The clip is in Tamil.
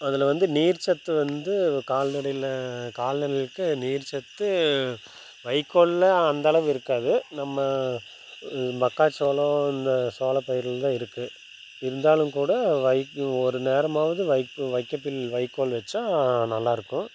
அதில் வந்து நீர் சத்து வந்து கால்நடையில் கால்நடைக்களுக்கு நீர் சத்து வைக்கோலில் அந்த அளவு இருக்காது நம்ம மக்காச்சோளம் இந்த சோள பயிரில்தான் இருக்குது இருந்தாலும் கூட வைக்கு ஒரு நேரமாவது வைக்கு வைக்கப்புல் வைக்கோல் வைச்சா நல்லாயிருக்கும்